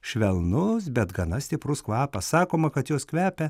švelnus bet gana stiprus kvapas sakoma kad jos kvepia